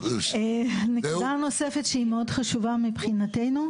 נקודה נוספת שהיא מאוד חשובה מבחינתנו,